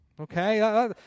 okay